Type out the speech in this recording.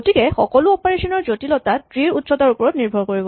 গতিকে সকলো অপাৰেচন ৰ জটিলতা ট্ৰী ৰ উচ্চতাৰ ওপৰত নিৰ্ভৰ কৰিব